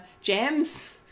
jams